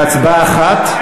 בהצבעה אחת.